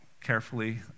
carefully